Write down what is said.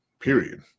Period